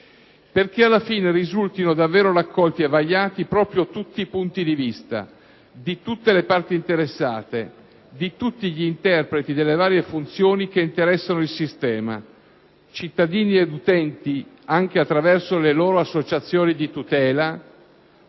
perché alla fine risultino davvero raccolti e vagliati proprio tutti i punti di vista, di tutte le parti interessate, di tutti gli interpreti delle varie funzioni che interessano il sistema - cittadini ed utenti, anche attraverso le loro associazioni di tutela,